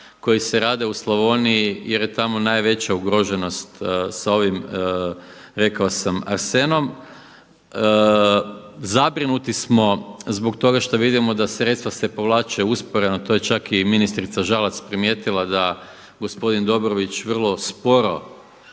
koji se rade u Slavoniji jer je tamo najveća ugroženost sa ovim rekao sam arsenom. Zabrinuti smo zbog toga što vidimo da sredstva se povlače usporeno, to je čak i ministrica Žalac primijetila, da gospodin Dobrović vrlo sporo